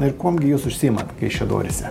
ir kuom gi jūs užsiimat kaišiadoryse